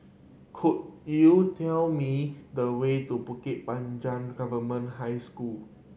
could you tell me the way to Bukit Panjang Government High School